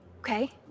okay